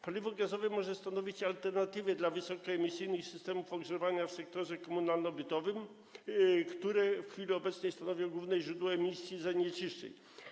Paliwo gazowe może stanowić alternatywę dla wysokoemisyjnych systemów ogrzewania w sektorze komunalno-bytowym, które w chwili obecnej stanowią główne źródło emisji zanieczyszczeń.